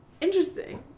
Interesting